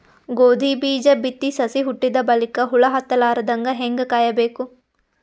ಗೋಧಿ ಬೀಜ ಬಿತ್ತಿ ಸಸಿ ಹುಟ್ಟಿದ ಬಲಿಕ ಹುಳ ಹತ್ತಲಾರದಂಗ ಹೇಂಗ ಕಾಯಬೇಕು?